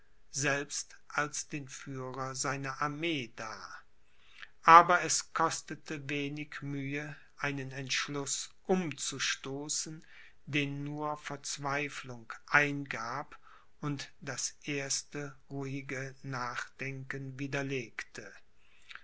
selbst als den führer seiner armee dar aber es kostete wenig mühe einen entschluß umzustoßen den nur verzweiflung eingab und das erste ruhige nachdenken widerlegte